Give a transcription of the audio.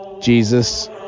jesus